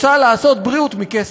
רוצה לעשות בריאות מכסף.